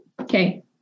Okay